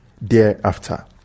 thereafter